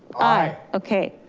aye. okay.